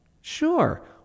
Sure